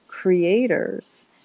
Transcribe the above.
Creators